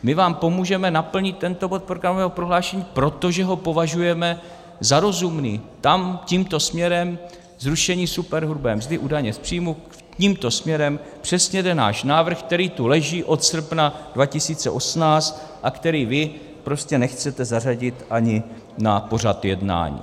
My vám pomůžeme naplnit tento bod programového prohlášení, protože ho považujeme za rozumný, tam, tímto směrem, zrušení superhrubé mzdy u daně z příjmů, tímto směrem přesně jde náš návrh, který tu leží od srpna 2018 a který vy prostě nechcete zařadit ani na pořad jednání.